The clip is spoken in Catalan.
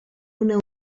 una